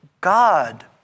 God